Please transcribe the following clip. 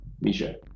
Misha